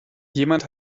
jemand